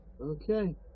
Okay